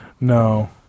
No